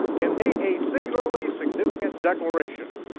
and made a singularly significant declaration.